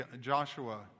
Joshua